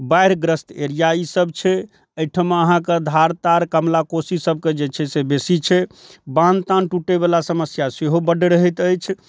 बाढ़िग्रस्त area ई सब छै एहिठाम अहाँके धार तार कमला कोसी सबके जे छै से बेसी छै बान्ह तान्ह टूटै बला समस्या सेहो बड्ड रहैत अछि